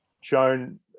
shown